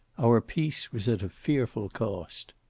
our peace was at a fearful cost.